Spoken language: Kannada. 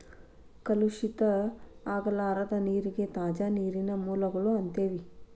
ಕಲುಷಿತ ಆಗಲಾರದ ನೇರಿಗೆ ತಾಜಾ ನೇರಿನ ಮೂಲಗಳು ಅಂತೆವಿ